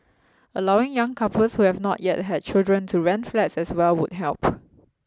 allowing young couples who have not yet had children to rent flats as well would help